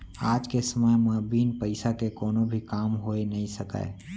आज के समे म बिन पइसा के कोनो भी काम होइ नइ सकय